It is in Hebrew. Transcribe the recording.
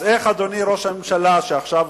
אז איך, אדוני ראש הממשלה, ועכשיו